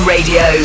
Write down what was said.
Radio